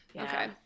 okay